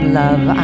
love